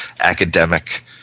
academic